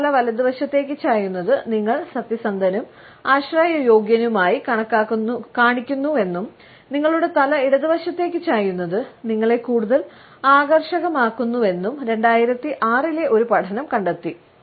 നിങ്ങളുടെ തല വലതുവശത്തേക്ക് ചായുന്നത് നിങ്ങളെ സത്യസന്ധനും ആശ്രയയോഗ്യനുമായി കാണിക്കുന്നുവെന്നും നിങ്ങളുടെ തല ഇടതുവശത്തേക്ക് ചായുന്നത് നിങ്ങളെ കൂടുതൽ ആകർഷകമാക്കുന്നുവെന്നും 2006 ലെ ഒരു പഠനം കണ്ടെത്തി